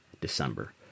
December